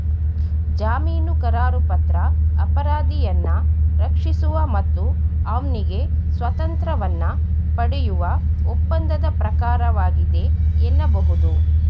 ಜಾಮೀನುಕರಾರುಪತ್ರ ಅಪರಾಧಿಯನ್ನ ರಕ್ಷಿಸುವ ಮತ್ತು ಅವ್ನಿಗೆ ಸ್ವಾತಂತ್ರ್ಯವನ್ನ ಪಡೆಯುವ ಒಪ್ಪಂದದ ಪ್ರಕಾರವಾಗಿದೆ ಎನ್ನಬಹುದು